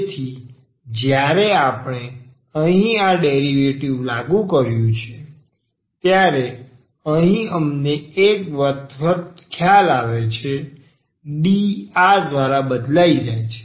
તેથી જ્યારે આપણે અહીં આ ડેરિવેટિવ લાગુ કર્યું છે ત્યારે અહીં અમને એક વખત ખ્યાલ આવે છે D આ દ્વારા બદલાઈ જાય છે